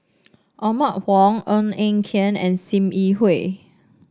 Othman Wok Ng Eng Hen and Sim Yi Hui